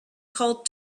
called